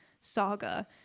saga